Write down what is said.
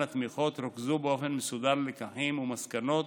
התמיכות רוכזו באופן מסודר לקחים ומסקנות,